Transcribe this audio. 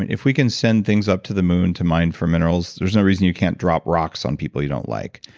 and if we can send things up to the moon to mine for minerals, there's no reason you can't drop rocks on people you don't like.